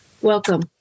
Welcome